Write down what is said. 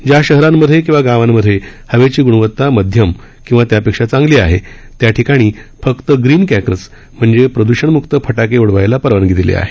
ज्या शहरांमध्ये किंवा गावांमध्ये हवेची ग्णवता मध्यम किंवा त्यापेक्षा चांगली आहे त्याठिकाणी फक्त ग्रीन क्रॅकर्स म्हणजेच प्रदूषणमुक्त फटाके उडवायला परवानगी दिली आहे